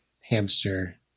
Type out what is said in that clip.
hamster